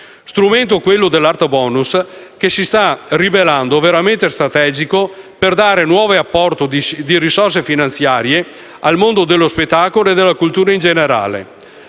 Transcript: strumento, quello dell'Art bonus, che si sta rivelando veramente strategico per dare nuovo apporto di risorse finanziarie al mondo dello spettacolo e della cultura in generale;